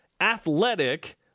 athletic